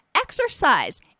Exercise